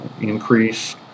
increase